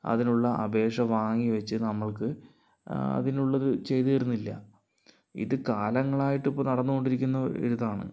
അതിനുള്ള അപേക്ഷ വാങ്ങി വെച്ച് നമ്മൾക്ക് അതിനുള്ളത് ചെയ്തു തരുന്നില്ല ഇത് കാലങ്ങളായിട്ട് ഇപ്പോൾ നടന്നുകൊണ്ടിരിക്കുന്ന ഒരിതാണ്